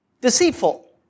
deceitful